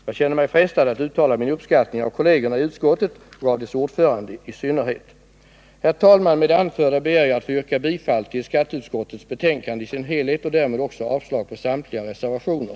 Jag känner mig frestad att uttala min uppskattning av kollegerna i utskottet och av dess ordförande i synnerhet. Herr talman! Med det anförda ber jag att få yrka bifall till skatteutskottets hemställan i dess helhet och därmed också avslag på samtliga reservationer.